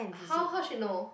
how how she know